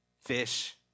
fish